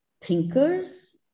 thinkers